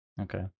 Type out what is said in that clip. Okay